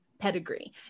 pedigree